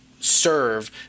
serve